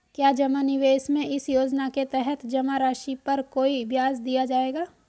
क्या जमा निवेश में इस योजना के तहत जमा राशि पर कोई ब्याज दिया जाएगा?